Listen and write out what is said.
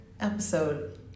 episode